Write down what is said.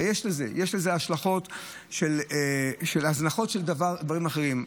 ויש לזה השלכות של הזנחות של דברים אחרים.